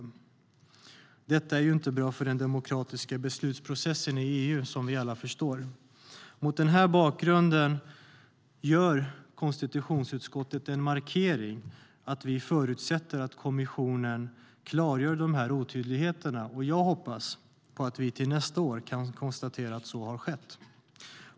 Detta är, som vi alla förstår, inte bra för den demokratiska beslutsprocessen i EU. Mot den bakgrunden gör konstitutionsutskottet markeringen att vi förutsätter att kommissionen klargör otydligheterna, och jag hoppas att vi till nästa år kan konstatera att så har skett.